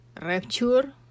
rapture